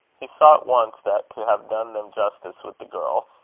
he saw at once that, to have done them justice with the girl,